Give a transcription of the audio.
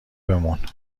بمون